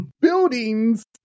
buildings